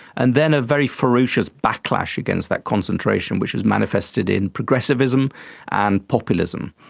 and then a very ferocious backlash against that concentration which has manifested in progressivism and populism.